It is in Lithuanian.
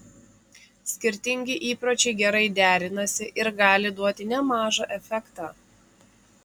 skirtingi įpročiai gerai derinasi ir gali duoti nemažą efektą